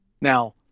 Now